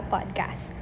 Podcast